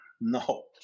No